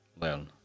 learn